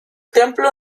templo